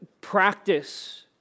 practice